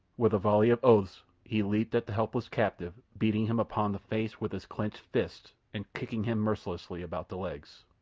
with a volley of oaths he leaped at the helpless captive, beating him upon the face with his clenched fists and kicking him mercilessly about the legs.